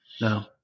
No